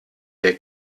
der